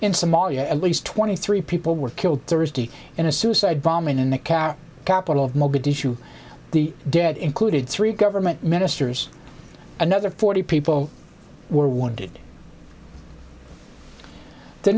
in somalia at least twenty three people were killed thursday in a suicide bombing in the cat capital of mogadishu the dead included three government ministers another forty people were wounded the